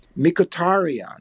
Mikotarian